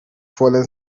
fallen